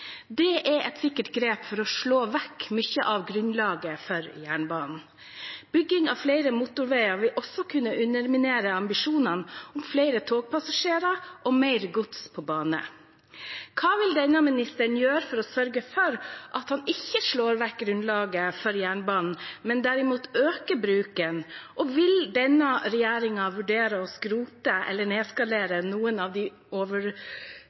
Det er et sikkert grep for å slå vekk mye av grunnlaget for jernbanen. Bygging av flere motorveier vil også kunne underminere ambisjonene om flere togpassasjerer og mer gods på bane. Hva vil denne ministeren gjøre for å sørge for at han ikke slår vekk grunnlaget for jernbanen, men derimot øker bruken? Og vil denne regjeringen vurdere å skrote eller nedskalere noen av de